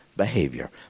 behavior